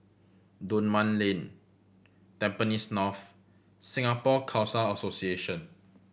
Dunman Lane Tampines North Singapore Khalsa Association